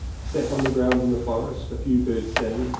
sat on the ground in the forest. a few birds sang,